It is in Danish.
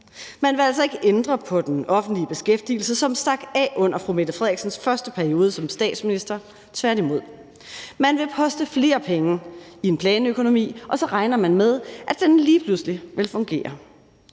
Man vil altså ikke ændre på den offentlige beskæftigelse, som stak af under fru Mette Frederiksens første periode som statsminister – tværtimod. Man vil poste flere penge i en planøkonomi, og så regner man med, at den lige pludselig vil fungere.